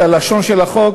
את לשון החוק,